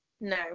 no